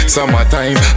Summertime